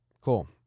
Cool